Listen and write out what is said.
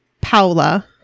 paula